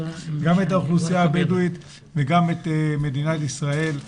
גם את האוכלוסייה הבדואית וגם את מדינת ישראל.